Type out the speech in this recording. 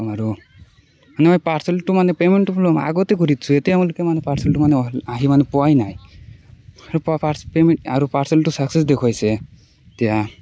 আৰু মানে মই পাৰ্চেলল্টো মানে পেমেণ্টটো আগতেই কৰি দিছোঁ এতিয়া তেওঁলোকে মানে পাৰ্চেলটো মানে অহা আহি মানে পোৱাই নাই আৰু পাৰ্চেল পেমেণ্ট আৰু পাৰ্চেলটো চাকচেছ দেখুৱাইছে এতিয়া